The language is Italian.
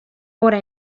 ora